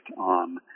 on